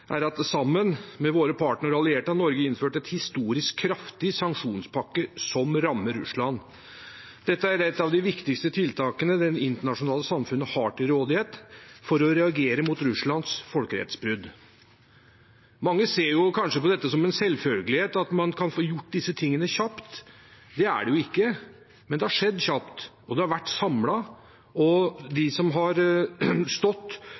er at sammen med sine partnere og allierte har Norge innført en historisk kraftig sanksjonspakke som rammer Russland. Dette er et av de viktigste tiltakene det internasjonale samfunnet har til rådighet for å reagere mot Russlands folkerettsbrudd. Mange ser kanskje på det som en selvfølge at man kan få gjort disse tingene kjapt. Det er det jo ikke, men det har skjedd kjapt, og det har vært samlet. De som har stått